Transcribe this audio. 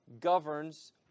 governs